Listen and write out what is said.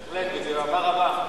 בהחלט, בגאווה רבה.